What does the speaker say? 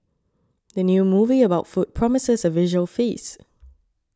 the new movie about food promises a visual feast